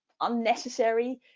unnecessary